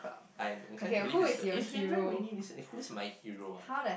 I'm inclined to believe i~ its been very raining recent who is my hero ah